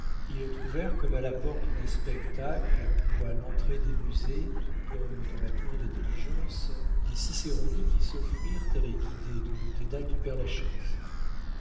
ils trouvèrent comme à la porte des spectacles ou à l'entrée des musées comme dans la cour des diligences des ciceroni qui s'offrirent à les guider dans le dédale du père-lachaise